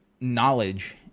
knowledge